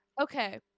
okay